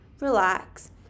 relax